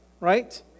right